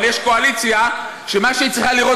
אבל יש קואליציה שמה שהיא צריכה לראות